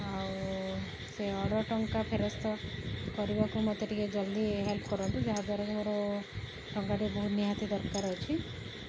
ଆଉ ସେ ଅର୍ଡର୍ ଟଙ୍କା ଫେରସ୍ତ କରିବାକୁ ମୋତେ ଟିକେ ଜଲ୍ଦି ହେଲ୍ପ କରନ୍ତୁ ଯାହାଦ୍ୱାରା କି ମୋର ଟଙ୍କାଟି ବହୁତ ନିହାତି ଦରକାର ଅଛି